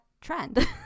trend